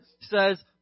says